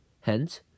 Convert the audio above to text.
Hence